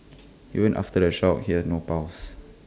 even after the shock he had no pulse